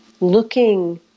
looking